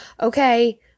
okay